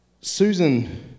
Susan